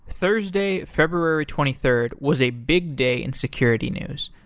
thursday, february twenty third was a big day in security news.